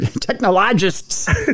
technologists